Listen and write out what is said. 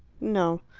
no.